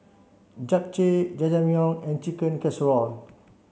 Japchae Jajangmyeon and Chicken Casserole